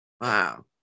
wow